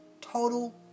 total